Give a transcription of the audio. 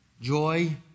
joy